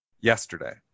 yesterday